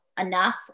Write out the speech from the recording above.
enough